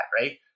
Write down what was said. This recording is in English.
right